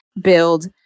build